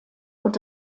und